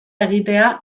egitea